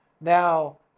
Now